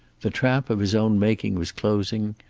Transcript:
the trap of his own making was closing,